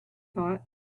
thought